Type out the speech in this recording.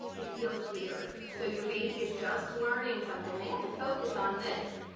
it feels weird. so your baby is just learning something, they have to focus on this,